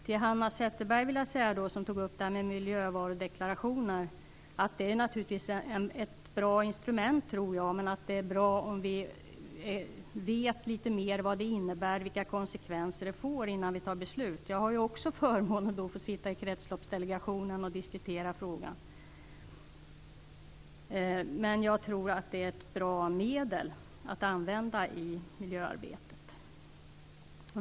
Till Hanna Zetterberg vill jag säga att jag tror att miljövarudeklarationer är ett bra instrument, men att det är bra om vi vet litet mer om vad det innebär och vilka konsekvenser det får innan vi fattar beslut. Jag har också förmånen att få sitta i Kretsloppsdelegationen och diskutera frågan. Jag tror att det är ett bra medel att använda i miljöarbetet.